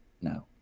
no